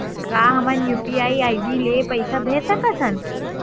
का हम UPI ID ले पईसा भेज सकथन?